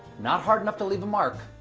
not hard enough to leave a mark,